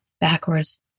backwards